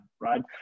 right